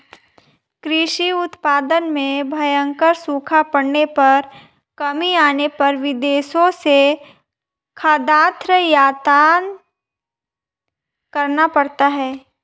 कृषि उत्पादन में भयंकर सूखा पड़ने पर कमी आने पर विदेशों से खाद्यान्न आयात करना पड़ता है